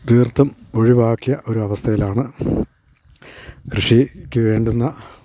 തീർത്തും ഒഴിവാക്കിയ ഒരു അവസ്ഥയിലാണ് കൃഷിക്ക് വേണ്ടുന്ന